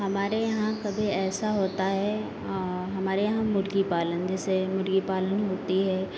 हमारे यहाँ कभी ऐसा होता है हमारे यहाँ मुर्गीपालन जैसे मुर्गीपालन होती है